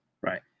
Right